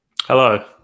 Hello